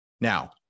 Now